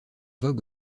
vogue